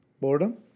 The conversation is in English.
Boredom